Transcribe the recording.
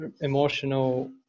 emotional